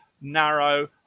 narrow